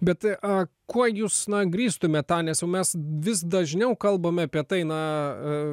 bet tai kuo jus na grįstumėt tą nes mes vis dažniau kalbame apie tai na